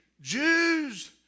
Jews